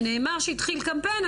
שנאמר שהתחיל קמפיין,